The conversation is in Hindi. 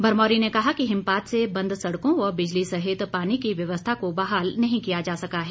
भरमौरी ने कहा कि हिमपात से बंद सड़कों व बिजली सहित पानी की व्यवस्था को बहाल नहीं किया जा सका है